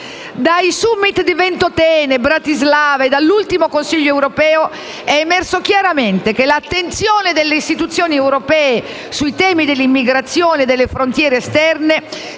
Dai *summit* di Ventotene, Bratislava e dall'ultimo Consiglio europeo è emerso chiaramente che l'attenzione delle istituzioni europee sui temi dell'immigrazione e delle frontiere esterne